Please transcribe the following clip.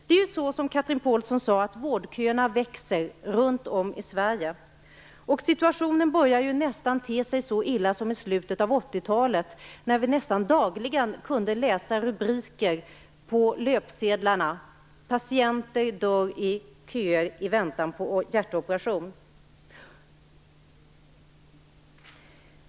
Det är ju så, som Chatrine Pålsson sade, att vårdköerna växer runt om i Sverige. Situationen börjar nästan te sig lika illa som i slutet av 1980-talet, när vi nästan dagligen kunde läsa rubriker på löpsedlarna om att patienter dör i köer i väntan på hjärtoperation.